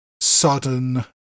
sudden